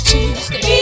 Tuesday